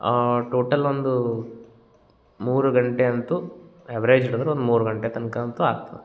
total ಒಂದು ಮೂರು ಗಂಟೆ ಅಂತೂ ಎವ್ರೇಜ್ಡ್ ಅಂದ್ರೆ ಒಂದು ಮೂರು ಗಂಟೆ ತನಕ ಅಂತೂ ಆಗ್ತದೆ